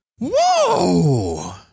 Whoa